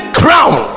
crown